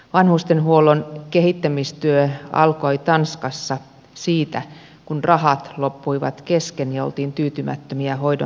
vanhustenhuollon kehittämistyö alkoi tanskassa siitä kun rahat loppuivat kesken ja oltiin tyytymättömiä hoidon tasoon